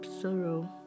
sorrow